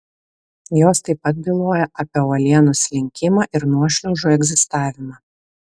jos taip pat byloja apie uolienų slinkimą ir nuošliaužų egzistavimą